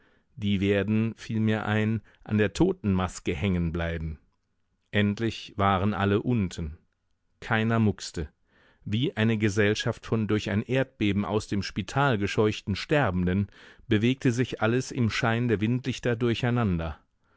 die werden fiel mir ein an der totenmaske hängen bleiben endlich waren alle unten keiner mukste wie eine gesellschaft von durch ein erdbeben aus dem spital gescheuchten sterbenden bewegte sich alles im schein der windlichter durcheinander